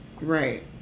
Right